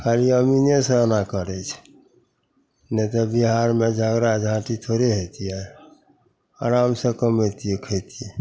खाली अमीनेसभ एना करै छै नहि तऽ बिहारमे झगड़ा झाँटी थोड़े हेतिए आरामसे कमेतिए खएतिए